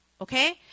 Okay